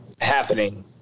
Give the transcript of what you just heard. happening